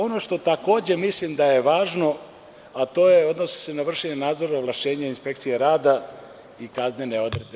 Ono što takođe mislim da je važno, odnosi se na vršenje nadzora ovlašćenja inspekcije rada i kaznene odredbe.